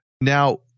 Now